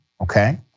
okay